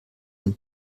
den